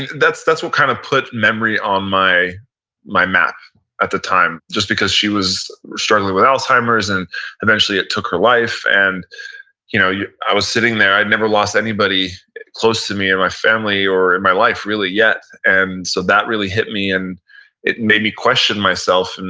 that's that's what kind of put memory on my my map at the time, just because she was struggling with alzheimer's, and eventually it took her life. and you know yeah i was sitting there, i had never lost anybody close to me, in and my family, or in my life really yet. and so that really hit me, and it made me question myself, and